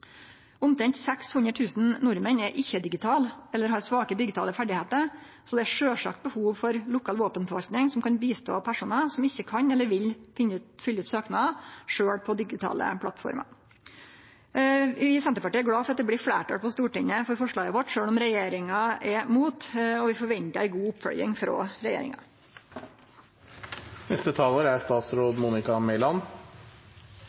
Omtrent 600 000 nordmenn er ikkje-digitale, eller har svake digitale ferdigheiter, så det er sjølvsagt behov for lokal våpenforvaltning som kan hjelpe personar som ikkje kan eller vil fylle ut søknader på digitale plattformer sjølve. Vi i Senterpartiet er glade for at det blir fleirtal i Stortinget for forslaget vårt, sjølv om regjeringa er imot, og vi forventar ei god oppfølging frå